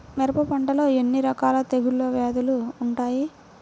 మిరప పంటలో ఎన్ని రకాల తెగులు వ్యాధులు వుంటాయి?